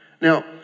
Now